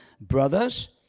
Brothers